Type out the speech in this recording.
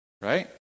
right